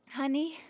honey